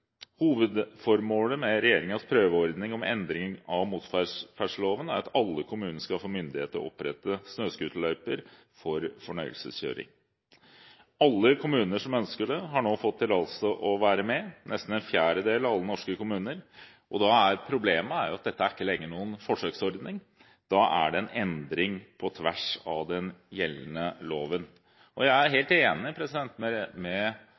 Hovedformålet med regjeringens prøveordning om endring av motorferdselloven er at alle kommuner skal få myndighet til å opprette snøscooterløyper for fornøyelseskjøring. Alle kommuner som ønsker det, har nå fått tillatelse til å være med – nesten en fjerdedel av alle norske kommuner. Problemet er at dette ikke lenger er noen forsøksordning. Det er da en endring på tvers av den gjeldende loven. Jeg er helt enig med representanten Marit Arnstad i at her diskturer vi to sider. Det